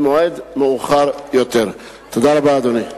מספר לא מועט באוכלוסייה הערבית שהם תושבי מדינת ישראל